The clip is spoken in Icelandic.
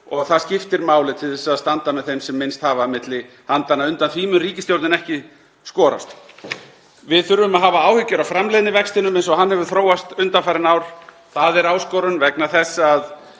og það skiptir máli til þess að standa með þeim sem minnst hafa milli handanna. Undan því mun ríkisstjórnin ekki skorast. Við þurfum að hafa áhyggjur af framleiðnivextinum eins og hann hefur þróast undanfarin ár. Það er áskorun vegna þess að